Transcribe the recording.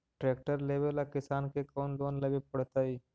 Tractor लेवेला किसान के कौन लोन लेवे पड़तई?